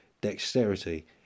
Dexterity